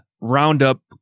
roundup